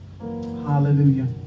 Hallelujah